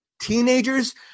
Teenagers